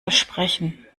versprechen